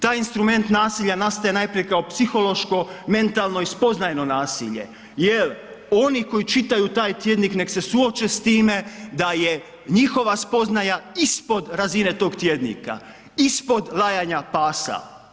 Taj instrument nasilja nastaje najprije kao psihološko, mentalno i spoznajno nasilje jer oni koji čitaju taj tjednik neka se suoče s time da je njihova spoznaja ispod razine tog tjednika, ispod lajanja pasa.